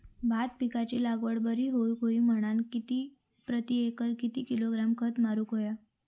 भात पिकाची लागवड बरी होऊक होई म्हणान प्रति एकर किती किलोग्रॅम खत मारुक होया?